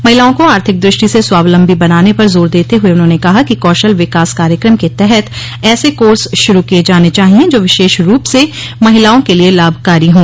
महिलाओं को आर्थिक दृष्टि से स्वावलम्बी बनाने पर जोर देते हए उन्होंने कहा कि कौशल विकास कार्यक्रम के तहत ऐसे कोर्स शुरू किए जाने चाहिए जो विशेष रूप से महिलाओं के लिए लाभकारी हों